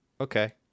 Okay